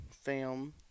film